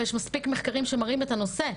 ויש מספיק מחקרים שמראים את הנושא.